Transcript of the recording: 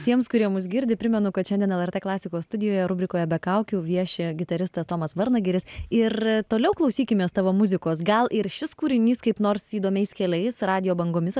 tiems kurie mus girdi primenu kad šiandien lrt klasikos studijoje rubrikoje be kaukių viešėjo gitaristas tomas varnagiris ir toliau klausykimės tavo muzikos gal ir šis kūrinys kaip nors įdomiais keliais radijo bangomis